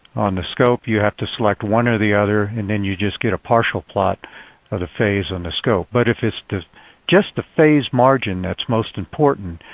on the scope, you have to select one or the other. and then you just get a partial plot of the phase on the scope. but if it's just just the phase margin, that's most important,